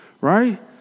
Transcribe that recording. right